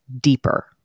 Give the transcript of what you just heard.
deeper